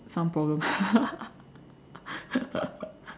some problem